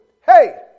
Hey